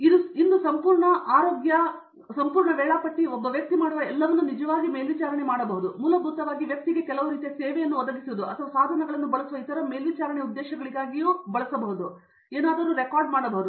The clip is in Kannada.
ಇಂದು ಸಂಪೂರ್ಣ ಆರೋಗ್ಯ ಸಂಪೂರ್ಣ ವೇಳಾಪಟ್ಟಿ ಒಬ್ಬ ವ್ಯಕ್ತಿ ಮಾಡುವ ಎಲ್ಲವನ್ನೂ ನಿಜವಾಗಿ ಮೇಲ್ವಿಚಾರಣೆ ಮಾಡಬಹುದು ಮೂಲಭೂತವಾಗಿ ವ್ಯಕ್ತಿಗೆ ಕೆಲವು ರೀತಿಯ ಸೇವೆಯನ್ನು ಒದಗಿಸುವುದು ಅಥವಾ ಸಾಧನಗಳನ್ನು ಬಳಸುವ ಇತರ ಮೇಲ್ವಿಚಾರಣೆ ಉದ್ದೇಶಗಳಿಗಾಗಿ ರೆಕಾರ್ಡ್ ಮಾಡಬಹುದು